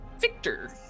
Victor